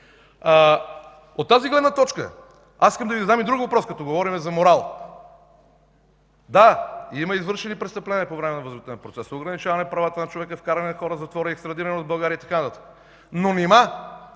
От тази гледна точка искам да Ви задам и друг въпрос, като говорим за морал. Да, има извършени престъпления по време на възродителния процес – ограничаване правата на човека, вкарване на хора в затвора, екстрадиране от България и така нататък.